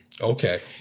Okay